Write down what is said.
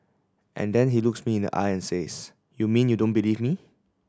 and then he looks me in the eye and says you mean you don't believe me